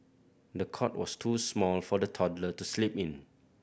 the cot was too small for the toddler to sleep in